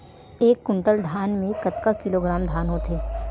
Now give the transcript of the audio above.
एक कुंटल धान में कतका किलोग्राम धान होथे?